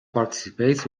participates